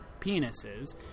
penises